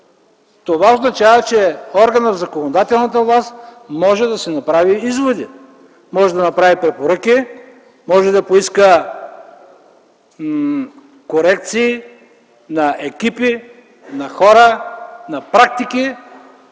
това означава, че органът в законодателната власт може да си направи изводи, може да направи препоръки, може да поиска корекции на екипи, на хора, практики